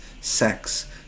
sex